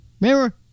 remember